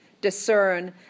discern